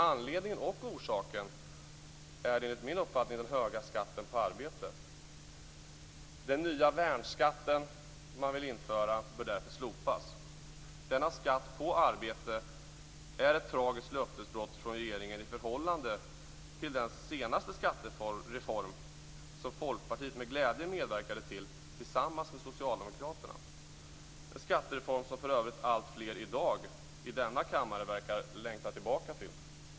Anledningen och orsaken är, enligt min uppfattning, den höga skatten på arbete. Detta med den nya värnskatt som man vill införa bör därför slopas. Denna skatt på arbete är ett tragiskt löftesbrott från regeringen i förhållande till den senaste skattereformen, som Folkpartiet tillsammans med Socialdemokraterna med glädje medverkade till - en skattereform som för övrigt alltfler i denna kammare i dag verkar längta tillbaka till.